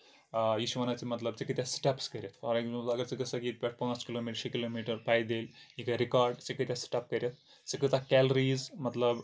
آ یہِ چھُ وَنان ژےٚ مطلب ژےٚ کۭتیاہ سِٹیپٕس کٔرِتھ فار اٮ۪کزامپٕل اَگر ژٕگژھکھ ییٚتہِ پٮ۪ٹھ پانٛژھ کِلومیٖٹر شیٚے کِلو میٖٹر پایدٔلۍ یہِ کَرِ رِکارڑ ژےٚ کۭتیاہ سِٹیپ کٔرِتھ ژٕ کۭژہ کیلریٖز مطلب